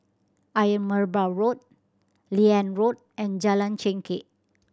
Ayer Merbau Road Liane Road and Jalan Chengkek